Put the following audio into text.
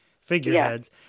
figureheads